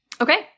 Okay